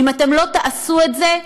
אם אתם לא תעשו את זה,